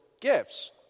gifts